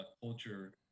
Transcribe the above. culture